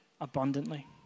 abundantly